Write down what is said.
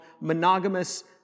monogamous